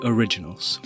Originals